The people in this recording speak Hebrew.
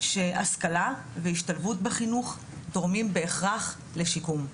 שהשכלה והשתלבות בחינוך תורמים בהכרח לשיקום.